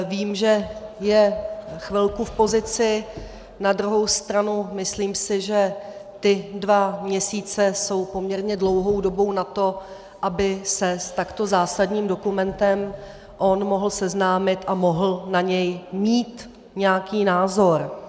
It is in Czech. Vím, že je chvilku v pozici, na druhou stranu si myslím, že ty dva měsíce jsou poměrně dlouhou dobou na to, aby se s takto zásadním dokumentem on mohl seznámit a mohl na něj mít nějaký názor.